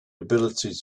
ability